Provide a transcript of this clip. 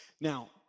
Now